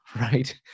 right